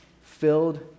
filled